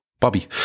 Bobby